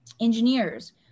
engineers